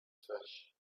fish